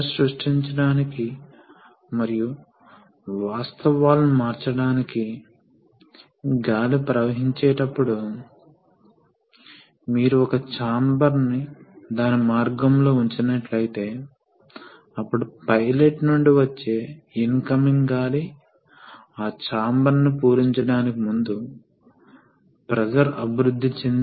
మనం తదుపరి సర్క్యూట్ కి వెలుతున్నాము మనము ఇలాంటి మరికొన్ని అప్లికేషన్ లని చూడబోతున్నాము ఈ సందర్భంలో ఏమి జరుగుతుందంటే పంప్ ప్రెషర్ పెర్గిగినప్పుడూ పంప్ అన్లోడ్ అవుతుంది కానీ ఇక్కడ మనకి కావలసినది వేరే విషయం మనము లోడ్ ని డ్రైవ్ చేయడానికి ప్రెషర్ ని ఎంచుకోవాలి